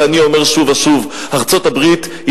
ואני אומר שוב ושוב: ארצות-הברית היא